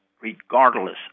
regardless